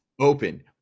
open